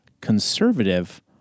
conservative